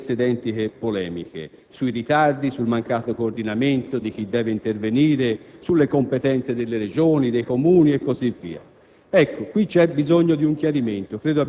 e regolarmente ogni anno tornano le stesse polemiche sui ritardi, sul mancato coordinamento di chi deve intervenire, sulle competenze delle Regioni, dei Comuni e così via.